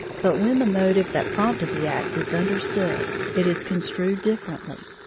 but when the motive that prompted the act is understood, it is construed differently.